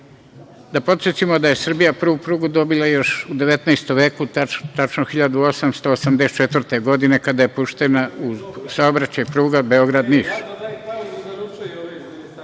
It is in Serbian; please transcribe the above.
podsetimo da je Srbija prvu prugu dobila još u 19. veku, tačnije 1884. godine, kada je puštena u saobraćaj pruga Beograd – Niš.